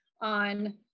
on